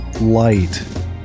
light